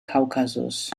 kaukasus